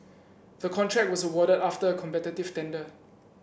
the contract was awarded after a competitive tender